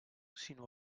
sinó